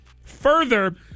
further